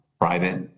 private